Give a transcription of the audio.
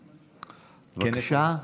בבקשה.